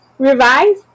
Revise